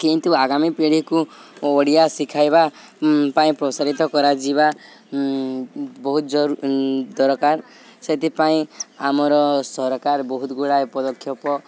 କିନ୍ତୁ ଆଗାମୀ ପିଢ଼ିକୁ ଓଡ଼ିଆ ଶିଖାଇବା ପାଇଁ ପ୍ରୋତ୍ସାହିତ କରାଯିବା ବହୁତ ଦରକାର ସେଥିପାଇଁ ଆମର ସରକାର ବହୁତ ଗୁଡ଼ାଏ ପଦକ୍ଷେପ